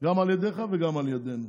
גם על ידיך וגם על ידינו.